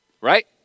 right